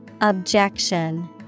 Objection